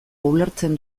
ulertzen